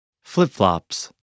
Flip-flops